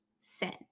sin